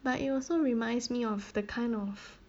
but it also reminds me of the kind of